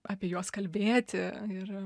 apie juos kalbėti ir